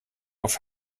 auf